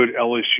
LSU